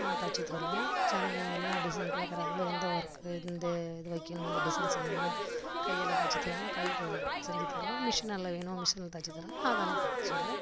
தைச்சி தருவோம் ஜனங்கள் என்ன டிசைன் கேட்குறாங்களோ எந்த ஒர்க்கு இந்த இது வைக்கணும் இந்த டிசைன் செய்யணும் கையால் தைச்சி தரணுன்னால் கை தையல் செஞ்சு தருவோம் மிஷினால் வேணும் மிஷினில் தைச்சி தரணுன்னால் அதாலேயும் தைச்சி தருவோம்